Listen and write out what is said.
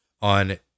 on